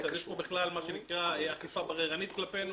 אז יש פה בכלל אכיפה בררנית כלפינו.